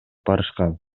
барышкан